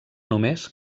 només